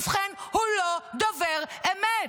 ובכן, הוא לא דובר אמת.